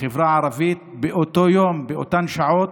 החברה הערבית, באותו יום, באותן שעות,